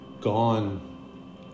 gone